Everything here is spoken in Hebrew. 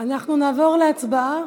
אנחנו נעבור להצבעה.